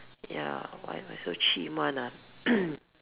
ya why why so chim [one] ah